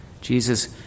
jesus